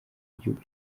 igihugu